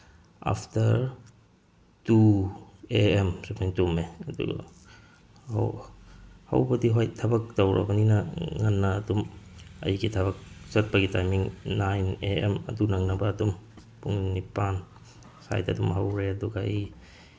after two A M ꯁꯨꯃꯥꯏꯅ ꯇꯨꯝꯃꯦ ꯑꯗꯨꯒ ꯍꯧꯕꯗꯤ ꯍꯣꯏ ꯊꯕꯛ ꯇꯧꯔꯕꯅꯤꯅ ꯉꯟꯅ ꯑꯗꯨꯝ ꯑꯩꯒꯤ ꯊꯕꯛ ꯆꯠꯄꯒꯤ ꯇꯥꯏꯃꯤꯡ ꯅꯥꯏꯟ ꯑꯦ ꯑꯦꯝ ꯑꯗꯨ ꯅꯪꯅꯕ ꯑꯗꯨꯝ ꯄꯨꯡ ꯅꯤꯄꯥꯟ ꯁꯨꯋꯥꯏꯗ ꯑꯗꯨꯝ ꯍꯧꯔꯦ ꯑꯗꯨꯒ ꯑꯩ